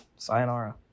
Sayonara